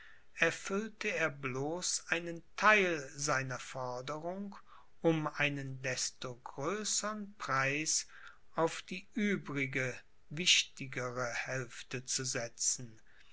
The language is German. erfüllte er bloß einen theil seiner forderung um einen desto größern preis auf die übrige wichtigere hälfte zu setzen